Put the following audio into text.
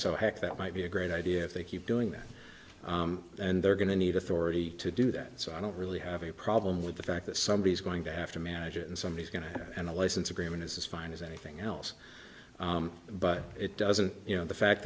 so heck that might be a great idea if they keep doing that and they're going to need authority to do that so really i don't we have a problem with the fact that somebody is going to have to manage it and somebody is going to and a license agreement is as fine as anything else but it doesn't you know the fact